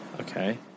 Okay